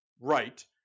right